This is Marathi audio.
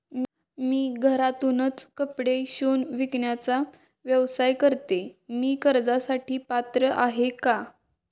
मी घरातूनच कपडे शिवून विकण्याचा व्यवसाय करते, मी कर्जासाठी पात्र आहे का?